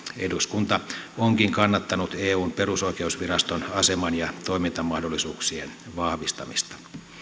eduskunta onkin kannattanut eun perusoikeusviraston aseman ja toimintamahdollisuuksien vahvistamista